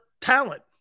talent